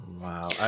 Wow